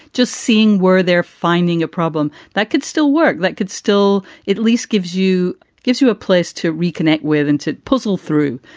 just seeing were there finding a problem that could still work, that could still at least gives you gives you a place to reconnect with and to puzzle through.